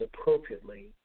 appropriately